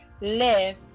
live